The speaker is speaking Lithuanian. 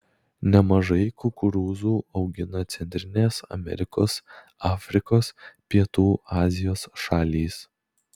nemažai kukurūzų augina centrinės amerikos afrikos pietų azijos šalys